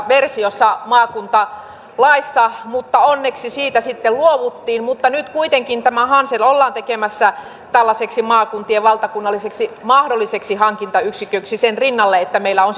versiossa maakuntalaissa mutta onneksi siitä sitten luovuttiin nyt kuitenkin hansel ollaan tekemässä tällaiseksi maakuntien valtakunnalliseksi mahdolliseksi hankintayksiköksi sen rinnalle että meillä on